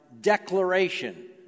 declaration